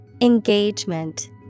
Engagement